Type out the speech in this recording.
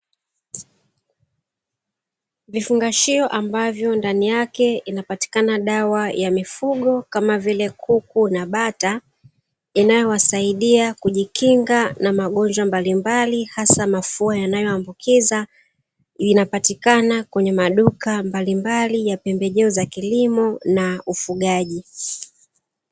Vifungashio ambavyo ndani yake inapatikana dawa ya mifugo kama vile kuku na bata, inayowasaidia kujikinga na magonjwa mbalimbali hasa mafua yanayoambukiza. Inapatikana kwenye maduka mbalimbali ya pembejeo za kilimo na ufugaji.